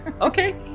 Okay